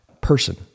person